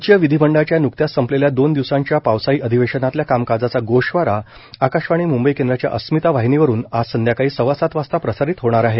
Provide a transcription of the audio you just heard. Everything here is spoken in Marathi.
राज्य विधिमंडळाच्या न्कत्याच संपलेल्या दोन दिवसांच्या पावसाळी अधिवेशातल्या कामकाजाचा गोषवारा आकाशवाणी म्ंबई केंद्राच्या अस्मिता वाहिनीवरून आज संध्याकाळी सव्वा सात वाजता प्रसारित होणार आहे